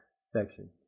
section